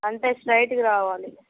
అంతే స్ట్రైట్గా రావాలి